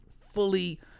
fully